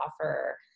offer